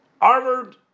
armored